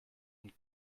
and